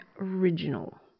original